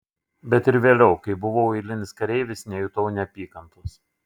bet ir vėliau kai buvau eilinis kareivis nejutau neapykantos